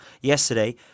yesterday